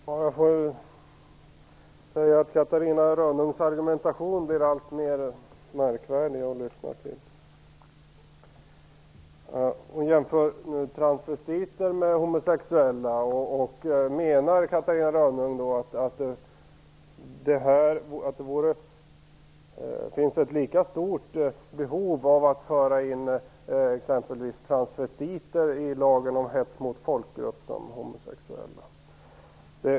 Herr talman! Jag måste säga att Catarina Rönnungs argumentation blir alltmer märkvärdig att lyssna till. Hon jämför transvestiter med homosexuella. Menar Catarina Rönnung att det finns ett lika stort behov av att föra in exempelvis transvestiter i lagen om hets mot folkgrupp som homosexuella?